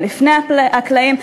לפני הקלעים,